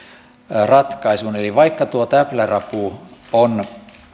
ratkaisuun eli vaikka tuo täplärapu on